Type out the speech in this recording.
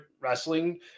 wrestling